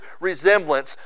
resemblance